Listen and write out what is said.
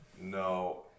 No